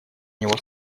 него